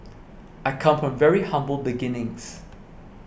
I come from very humble beginnings